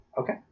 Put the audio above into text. Okay